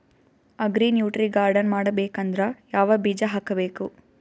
Agri nutri garden ಮಾಡಬೇಕಂದ್ರ ಯಾವ ಬೀಜ ಹಾಕಬೇಕು?